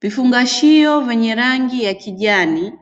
Vifungashio vyenye rangi ya kijani